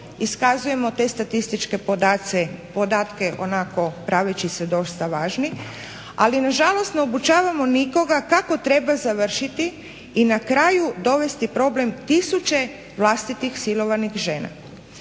Iskazujemo te statističke podatke onako praveći se dosta važni. Ali na žalost ne obučavamo nikoga kako treba završiti i na kraju dovesti problem tisuće vlastitih silovanih žena.